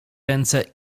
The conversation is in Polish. ręce